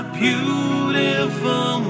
beautiful